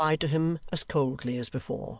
replied to him as coldly as before.